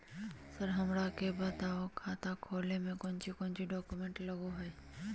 Sir हमरा के बताएं खाता खोले में कोच्चि कोच्चि डॉक्यूमेंट लगो है?